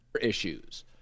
Issues